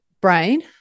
brain